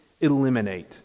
eliminate